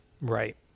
Right